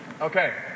Okay